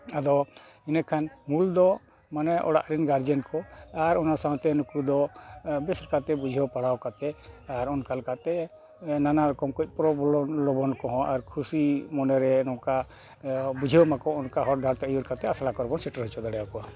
ᱟᱫᱚ ᱤᱱᱟᱹ ᱠᱷᱟᱱ ᱢᱩᱞ ᱫᱚ ᱢᱟᱱᱮ ᱚᱲᱟᱜ ᱨᱮᱱ ᱠᱚ ᱟᱨ ᱚᱱᱟ ᱥᱟᱶᱛᱮ ᱱᱩᱠᱩ ᱫᱚ ᱵᱮᱥ ᱞᱮᱠᱟᱛᱮ ᱵᱩᱡᱷᱟᱹᱣ ᱯᱟᱲᱦᱟᱣ ᱠᱟᱛᱮᱫ ᱟᱨ ᱚᱱᱠᱟ ᱞᱮᱠᱟᱛᱮ ᱱᱟᱱᱟ ᱨᱚᱠᱚᱢ ᱠᱟᱹᱡ ᱠᱚᱦᱚᱸ ᱟᱨ ᱠᱷᱩᱥᱤ ᱢᱚᱱᱮ ᱨᱮ ᱱᱚᱝᱠᱟ ᱵᱩᱡᱷᱟᱹᱣ ᱢᱟᱠᱚ ᱚᱱᱠᱟ ᱦᱚᱨᱼᱰᱟᱦᱟᱨᱛᱮ ᱟᱹᱭᱩᱨ ᱠᱟᱛᱮᱫ ᱟᱥᱲᱟ ᱠᱚᱨᱮ ᱵᱚᱱ ᱥᱮᱴᱮᱨ ᱦᱚᱪᱚ ᱫᱟᱲᱮᱭ ᱟᱠᱚᱣᱟ